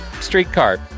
streetcar